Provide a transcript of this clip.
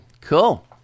cool